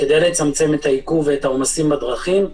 כדי לצמצם את העיכוב ואת העומסים בדרכים.